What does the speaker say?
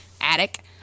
attic